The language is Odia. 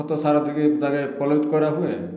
ଖତ ସାର ଦେଇକେ ତାକେ ପଳେଉତ୍ କରା ହୁଏ